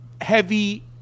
heavy